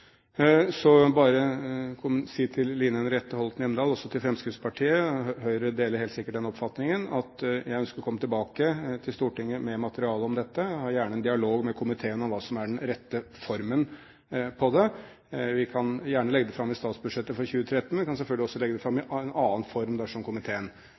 Så vil jeg bare si til Line Henriette Hjemdal og også til Fremskrittspartiet – Høyre er helt sikkert enig i det – at jeg kommer tilbake til Stortinget med materiale om dette. Jeg tar gjerne en dialog med komiteen om hva som er den rette formen på det. Vi kan gjerne legge det fram i statsbudsjettet for 2013. Vi kan selvfølgelig også legge det fram i en annen form, dersom komiteen